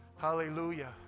Hallelujah